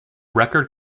record